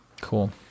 Cool